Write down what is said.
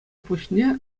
пуҫне